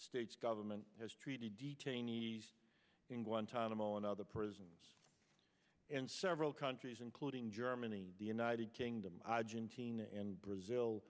states government has treated detainees in guantanamo and other prisons in several countries including germany the united kingdom lodge in tina and brazil